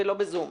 ולא בזום.